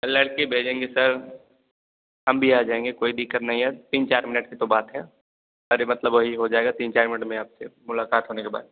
लड़के भेजेंगे सर हम भी आ जाएँगे कोई दिक्कत नहीं है तीन चार मिनट की तो बात है अरे मतलब वही हो जाएगा तीन चार मिनट में आपसे मुलाकात होने के बाद